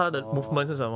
orh